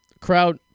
crowd